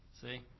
See